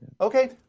Okay